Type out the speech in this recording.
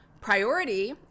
priority